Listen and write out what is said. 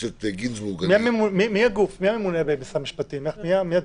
--- מי הממונה במשרד המשפטים על זה?